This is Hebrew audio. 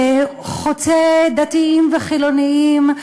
חוצה דתיים וחילונים,